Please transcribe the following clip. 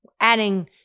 Adding